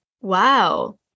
Wow